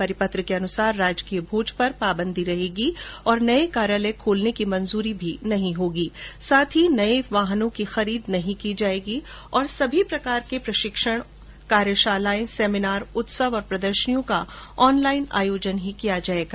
परिपत्र के अनुसार राजकीय भोज पर पाबन्दी रहेगी और नये कार्यालय खोलने की मंजूरी नहीं होगी साथ ही नये वाहनों की खरीद नहीं की जायेगी और सभी प्रकार के प्रशिक्षण सेमिनार कार्यशालाएं उत्सव और प्रदर्शनियों का ऑनलाईन आयोजन किया जायेगा